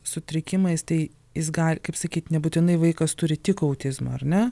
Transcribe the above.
sutrikimais tai jis gali kaip sakyt nebūtinai vaikas turi tik autizmo ar ne